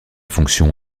fonction